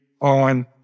on